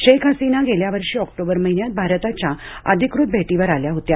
शेख हसीना गेल्या वर्षी ऑक्टोबर महिन्यात भारताच्या अधिकृत भेटीवर आल्या होत्या